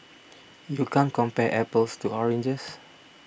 you can't compare apples to oranges